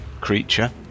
creature